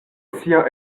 sia